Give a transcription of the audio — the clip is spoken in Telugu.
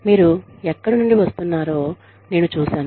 మీరు ఎక్కడి నుండి వస్తున్నారో నేను చూశాను